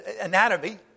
anatomy